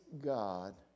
God